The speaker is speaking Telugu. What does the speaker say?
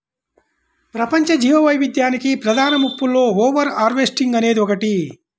ప్రపంచ జీవవైవిధ్యానికి ప్రధాన ముప్పులలో ఓవర్ హార్వెస్టింగ్ అనేది ఒకటి